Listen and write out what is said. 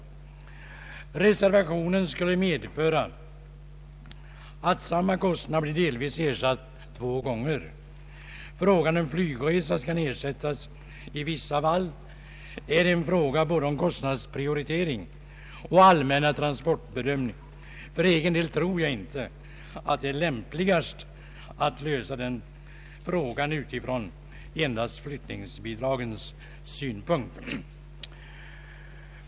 Ett bifall till reservationen skulle medföra att samma kostnad delvis blir ersatt två gånger. Huruvida flygresa skall ersättas i vissa fall är en fråga om både kostnadsprioritering och allmän transportbedömning. För egen del tror jag inte att det är lämpligast att lösa den frågan endast från flyttningsbidragens synpunkt.